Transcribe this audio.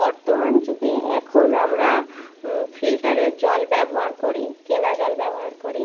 বর্তমান যুগে এখন আমরা ফিল্টারের জল ব্যবহার করি কেনা জল ব্যবহার করি